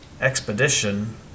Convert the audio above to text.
expedition